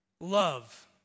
Love